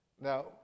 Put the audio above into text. Now